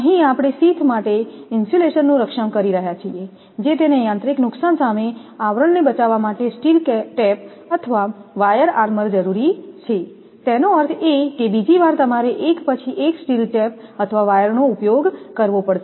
અહીં આપણે શીથ માટે ઇન્સ્યુલેશનનું રક્ષણ કરી રહ્યા છીએ જે તેને યાંત્રિક નુકસાન સામે આવરણને બચાવવા માટે સ્ટીલ ટેપ અથવા વાયર આર્મર જરૂરી છે તેનો અર્થ એ કે બીજી વાર તમારે એક પછી એક સ્ટીલ ટેપ અથવા વાયરનો ઉપયોગ કરવો પડશે